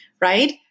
right